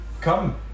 Come